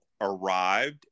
arrived